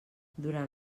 durant